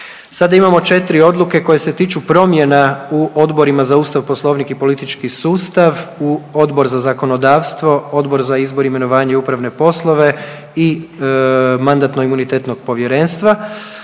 Sada imamo 4 odluke koje se tiču promjena u Odborima za Ustav, Poslovnik i politički sustav u Odbor za zakonodavstvo, Odbor za izbor, imenovanje i upravne poslove i Mandatno-imunitetnog povjerenstva.